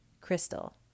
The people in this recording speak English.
crystal